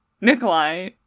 Nikolai